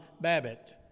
Babbitt